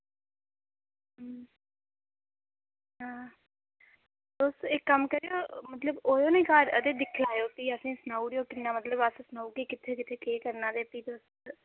हां तुस इक कम्म करेओ मतलब आएओ नि घर ते फ्ही असें सनाउड़ेओ किन्ना मतलब अस सना नि घर हां ते दिक्खउड़गे कित्थे कित्थे केह् करना ते फ्ही तुस लैयो